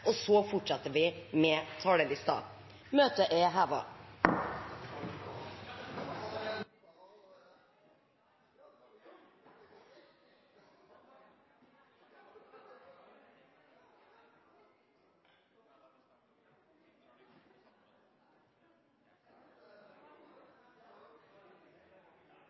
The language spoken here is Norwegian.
og så fortsetter vi med talerlisten. – Møtet er